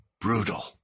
brutal